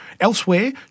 Elsewhere